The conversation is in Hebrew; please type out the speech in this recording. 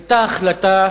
היתה החלטה